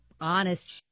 honest